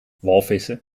walvissen